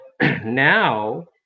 now